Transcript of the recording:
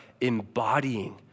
embodying